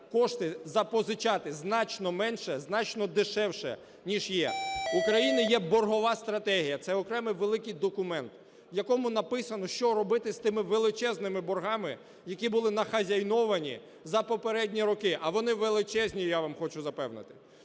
кошти, запозичати, значно менше, значно дешевше ніж є. В України є боргова стратегія. Це окремий великий документ, в якому написано, що робити з тими величезними боргами, які були нахазяйновані за попередні роки. А вони величезні, я вас хочу запевнити.